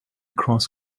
cross